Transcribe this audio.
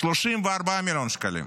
34 מיליון שקלים,